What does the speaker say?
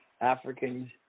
Africans